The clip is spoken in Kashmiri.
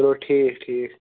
چلو ٹھیٖک ٹھیٖک